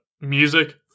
music